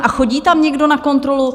A chodí tam někdo na kontrolu?